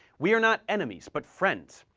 we are not enemies, but friends.